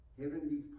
heavenly